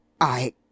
I